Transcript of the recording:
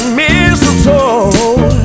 mistletoe